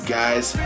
guys